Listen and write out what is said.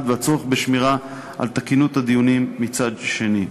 ובין הצורך בשמירה על תקינות הדיונים מצד שני.